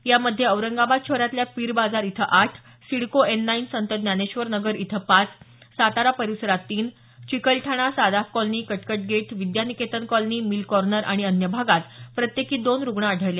यामध्ये औरंगाबाद शहरातल्या पीर बाजार इथं आठ सिडको एन नाईन संत ज्ञानेश्वर नगर इथं पाच सातारा परिसरात तीन Chikalthana Sadaf colony Katkat gate Vidya Niketan colony mill corner आणि अन्य भागात प्रत्येकी दोन रुग्ण आढळले